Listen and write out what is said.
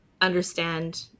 understand